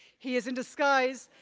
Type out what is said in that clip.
he is in disguise.